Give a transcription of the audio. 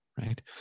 right